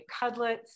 Cudlets